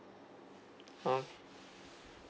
uh